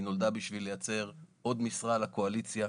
היא נולדה בשביל לייצר עוד משרה לקואליציה.